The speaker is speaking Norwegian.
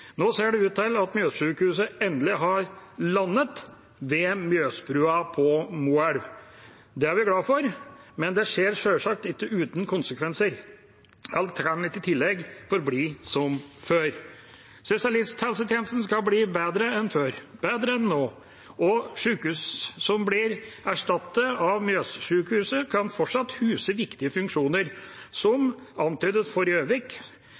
Nå ser det ut til at Mjøssykehuset endelig har landet ved Mjøsbrua på Moelv. Det er vi glad for, men det skjer sjølsagt ikke uten konsekvenser. Alt kan ikke i tillegg forbli som før. Spesialisthelsetjenesten skal bli bedre enn før, bedre enn nå, og sykehus som blir erstattet av Mjøssykehuset, kan fortsatt huse viktige funksjoner, som – antydet for